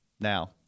Now